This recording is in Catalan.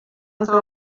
altra